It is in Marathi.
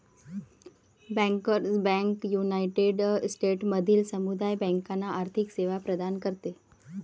बँकर्स बँक युनायटेड स्टेट्समधील समुदाय बँकांना आर्थिक सेवा प्रदान करते